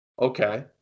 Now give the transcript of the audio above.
Okay